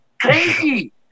Crazy